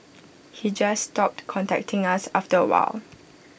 he just stopped contacting us after A while